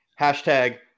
hashtag